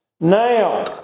Now